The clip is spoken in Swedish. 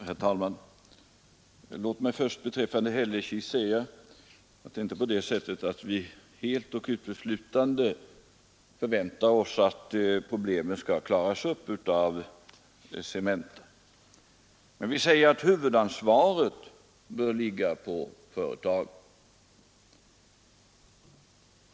Herr talman! Låt mig först beträffande Hällekis säga att det inte är på det sättet att vi väntar oss att problemen helt och uteslutande skall klaras upp av Cementa. Men vi säger att huvudansvaret bör ligga på företaget.